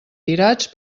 tirats